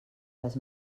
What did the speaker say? les